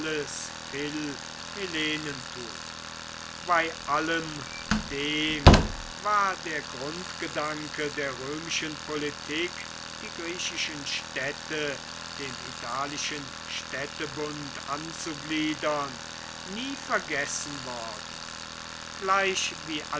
bei allem dem war der grundgedanke der römischen politik die griechischen städte dem italischen städtebund anzugliedern nie vergessen worden gleich